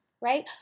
right